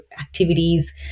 activities